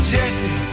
Jesse